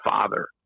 father